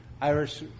Irish